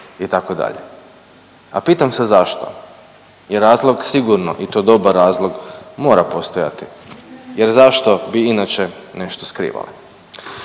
itd. A pitam se zašto? Jer razlog sigurno i to dobar razlog mora postojati, jer zašto bi inače nešto skrivali.